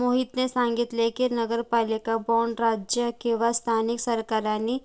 मोहितने सांगितले की, नगरपालिका बाँड राज्य किंवा स्थानिक सरकारांनी